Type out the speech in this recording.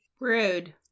Rude